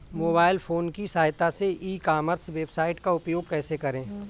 Mobile phone की सहायता से ई कॉमर्स वेबसाइट का उपयोग कैसे करें?